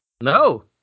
No